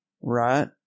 Right